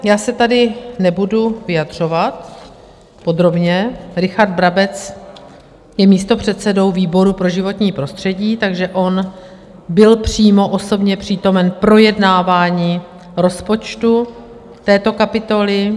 Já se tady nebudu vyjadřovat podrobně, Richard Brabec je místopředsedou výboru pro životní prostředí, takže on byl přímo osobně přítomen projednávání rozpočtu této kapitoly.